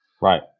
Right